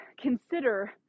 consider